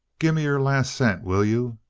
gimme your last cent, will you?